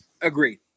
Agreed